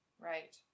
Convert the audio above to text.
Right